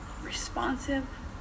responsive